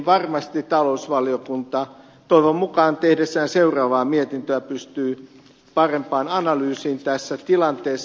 varmasti talousvaliokunta toivon mukaan tehdessään seuraavaa mietintöä pystyy parempaan analyysiin tässä tilanteessa